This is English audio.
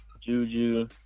Juju